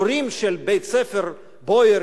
הורים של תלמידים בבית-הספר "בויאר",